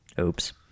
Oops